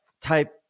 type